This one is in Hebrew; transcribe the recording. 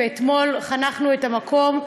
אתמול חנכנו את המקום,